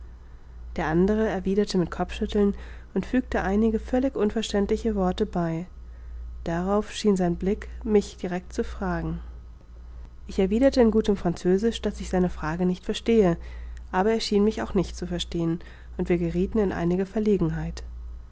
der andere erwiderte mit kopfschütteln und fügte einige völlig unverständliche worte bei darauf schien sein blick mich direct zu fragen ich erwiderte in gutem französisch daß ich seine frage nicht verstehe aber er schien mich auch nicht zu verstehen und wir geriethen in einige verlegenheit